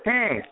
Hey